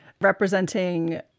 representing